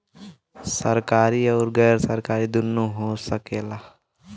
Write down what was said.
सरकारी आउर गैर सरकारी दुन्नो हो सकेला